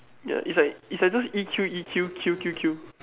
ya it's like it's like those E_Q E_Q Q Q Q